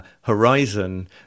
horizon